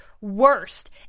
worst